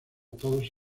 todos